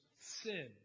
sin